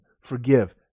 forgive